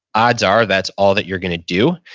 odds are that's all that you're going to do.